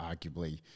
arguably